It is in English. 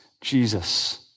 Jesus